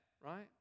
right